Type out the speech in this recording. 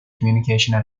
communication